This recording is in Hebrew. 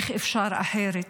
איך אפשר אחרת.